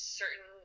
certain